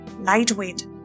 lightweight